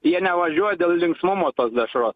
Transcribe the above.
jie nevažiuoja dėl linksmumo tos dešros